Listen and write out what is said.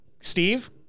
Steve